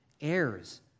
Heirs